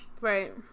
right